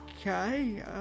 Okay